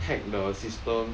hack the system